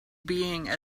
being